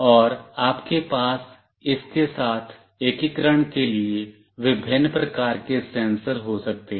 और आपके पास इसके साथ एकीकरण के लिए विभिन्न प्रकार के सेंसर हो सकते हैं